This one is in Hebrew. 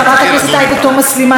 חברת הכנסת עאידה תומא סלימאן,